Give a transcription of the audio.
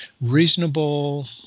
reasonable